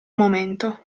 momento